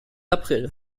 april